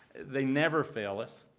they never fail us.